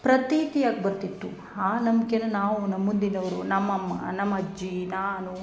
ಪ್ರತೀತಿಯಾಗಿ ಬರ್ತಿತ್ತು ಆ ನಂಬಿಕೇನ ನಾವು ನಮ್ಮ ಮುಂದಿನವರು ನಮ್ಮಅಮ್ಮ ನಮ್ಮಅಜ್ಜಿ ನಾನು